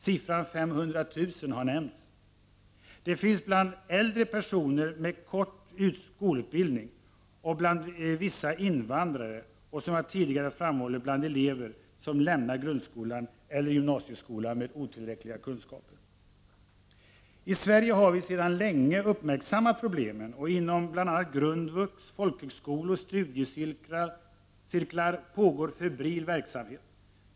Siffran 500 000 har nämnts. De finns bland äldre personer med kort skolutbildning, bland vissa invandrare och som jag tidigare framhållit bland elever som lämnar grundskolan eller gymnasieskolan med otillräckliga kunskaper. I Sverige har vi sedan länge uppmärksammat problemen och inom bl.a. grundvux, folkhögskolor, studiecirklar pågår febril verksamhet.